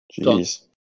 Jeez